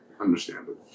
Understandable